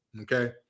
Okay